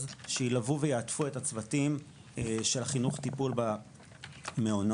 שילוו ויעטפו את הצוותים של החינוך טיפול במעונות.